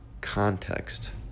context